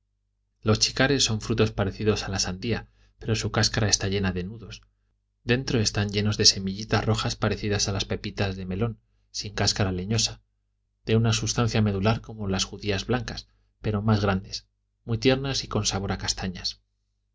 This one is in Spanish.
los chicas son frutos parecidos a la sandía pero su cascara está llena de nudos dentro están llenos de semillitas rojas parecidas a las pepitas de melón sin cascara leñosa de una substancia medular como las judías blancas pero más grandes muy tiernas y con sabor a castañas